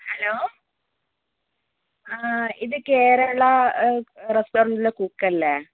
hello ആ ഇത് കേരള റസ്റ്റോറന്റിലെ കുക്ക് അല്ലേ